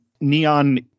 neon